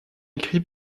écrits